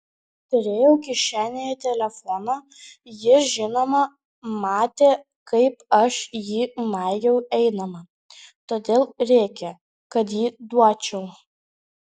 turėjau kišenėje telefoną jis žinoma matė kaip aš jį maigiau eidama todėl rėkė kad jį duočiau